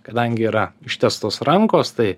kadangi yra ištiestos rankos tai